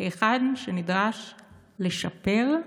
היכן שנדרש לשפר,